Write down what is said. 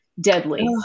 deadly